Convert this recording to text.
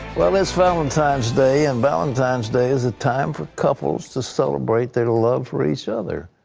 well, it's valentine's day, and valentine's day is a time for couples to celebrate their love for each other.